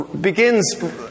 begins